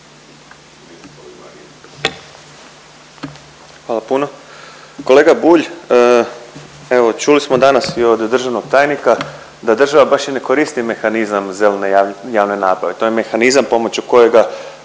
Hvala puno. Kolega Bulj, evo čuli smo danas i od državnog tajnika da država baš i ne koristi mehanizam zelene javne nabave. To je mehanizam pomoću kojega,